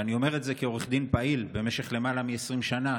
ואני אומר את זה כעורך דין פעיל במשך למעלה מ-20 שנה,